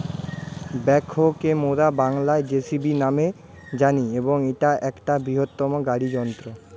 backhoe কে মোরা বাংলায় যেসিবি ন্যামে জানি এবং ইটা একটা বৃহত্তম গাড়ি যন্ত্র